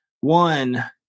One